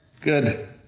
good